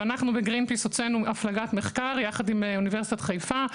ואנחנו בגרינפיס הוצאנו הפלגת מחקר ביחד עם אוניברסיטת חיפה,